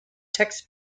text